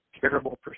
terrible